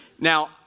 Now